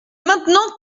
maintenant